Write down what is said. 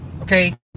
okay